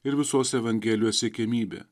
ir visos evangelijos siekiamybė